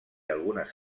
algunes